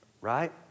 Right